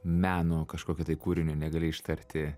meno kažkokio tai kūrinio negali ištarti